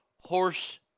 horse